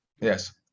Yes